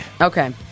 Okay